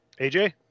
AJ